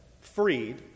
freed